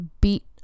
beat